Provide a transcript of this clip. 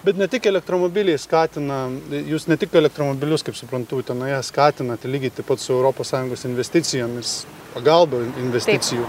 bet ne tik elektromobiliai skatina jūs ne tik elektromobilius kaip suprantu utenoje skatinat lygiai taip pat su europos sąjungos investicijomis pagalba investicijų